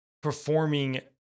performing